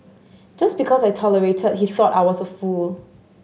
just because I tolerated he thought I was a fool